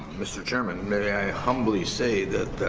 mr. chairman may i humbly say that